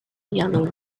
yellow